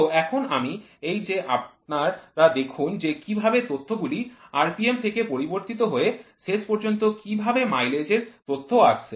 তো এখন আমি এই যে আপনারা দেখুন যে কিভাবে তথ্যগুলি rpm থেকে পরিবর্তিত হয়ে শেষ পর্যন্ত কিভাবে মাইলেজ এর তথ্য আসছে